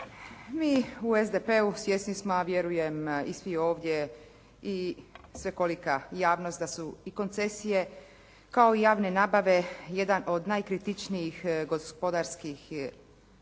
Mi u SDP-u svjesni smo, a vjerujem i svi ovdje i svekolika javnost da su i koncesije kao i javne nabave jedan od najkritičnijih gospodarskih aktivnosti